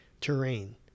terrain